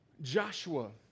Joshua